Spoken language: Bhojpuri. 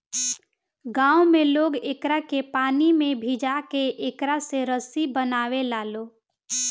गांव में लोग एकरा के पानी में भिजा के एकरा से रसरी बनावे लालो